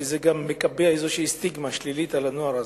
כי זה מקבע גם איזו סטיגמה שלילית על הנוער הזה,